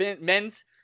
men's